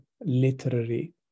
literary